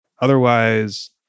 otherwise